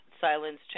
silence